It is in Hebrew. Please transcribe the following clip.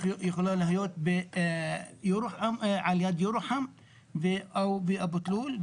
הוא יכול להיות על יד ירוחם באבו תלול.